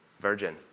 Virgin